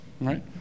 Right